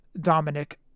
Dominic